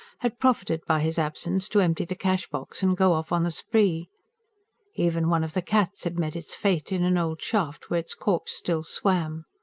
had profited by his absence to empty the cash-box and go off on the spree even one of the cats had met its fate in an old shaft, where its corpse still swam.